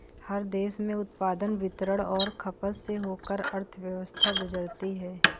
हर देश में उत्पादन वितरण और खपत से होकर अर्थव्यवस्था गुजरती है